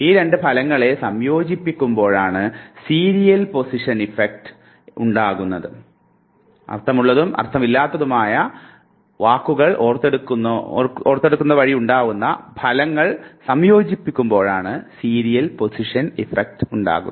ഈ രണ്ടു ഫലങ്ങളെ സംയോജിപ്പിക്കുമ്പോഴാണ് സീരിയൽ പൊസിഷൻ ഇഫക്റ്റ് ഉണ്ടാകുന്നത്